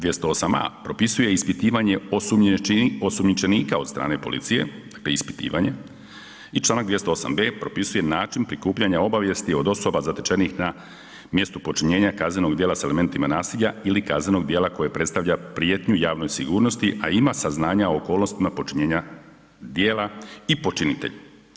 208a. propisuje ispitivanje osumnjičenika od strane policije, to je ispitivanje I Članak 208b. propisuje način prikupljanja obavijesti od osoba zatečenih na mjestu počinjenja kaznenog djela sa elementima nasilja ili kaznenog djela koje predstavlja prijetnju javnoj sigurnosti, a ima saznanja o okolnostima počinjenja djela i počiniteljima.